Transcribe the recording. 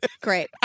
Great